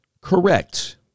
Correct